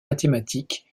mathématiques